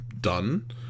done